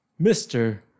Mr